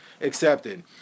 accepted